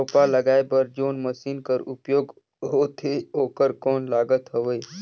रोपा लगाय बर जोन मशीन कर उपयोग होथे ओकर कौन लागत हवय?